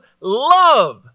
love